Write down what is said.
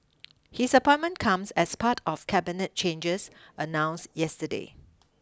his appointment comes as part of Cabinet changes announced yesterday